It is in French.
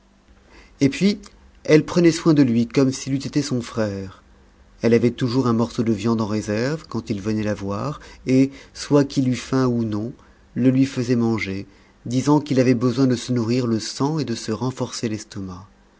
et puis elle prenait soin de lui comme s'il eût été son frère elle avait toujours un morceau de viande en réserve quand il venait la voir et soit qu'il eût faim ou non le lui faisait manger disant qu'il avait besoin de se nourrir le sang et de se renforcer l'estomac